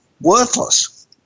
worthless